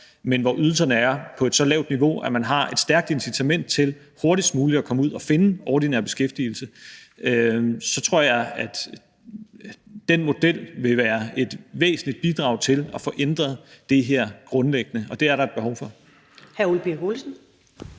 men hvor ydelserne er på et så lavt niveau, at man har et stærkt incitament til hurtigst muligt at komme ud at finde ordinær beskæftigelse. Jeg tror, at den model vil være et væsentligt bidrag til at få ændret det her grundlæggende – og det er der et behov for. Kl. 11:24 Første